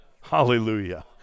Hallelujah